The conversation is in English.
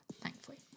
thankfully